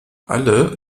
alle